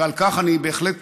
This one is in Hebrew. ואני בהחלט